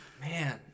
man